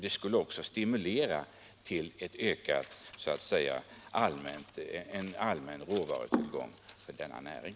Det skulle på det hela taget stimulera uttag av råvara i denna näring.